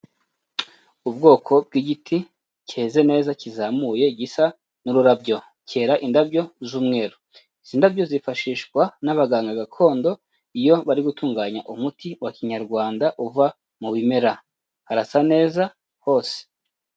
Ubwoko bw'igiti cyeze neza kizamuye gisa n'ururabyo, cyera indabyo z'umweru. Izi ndabyo zifashishwa n'abaganga gakondo, iyo bari gutunganya umuti wa Kinyarwanda uva mu bimera. Harasa neza hose.